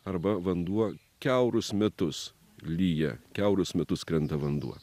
arba vanduo kiaurus metus lyja kiaurus metus krenta vanduo